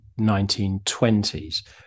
1920s